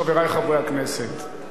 חברי חברי הכנסת,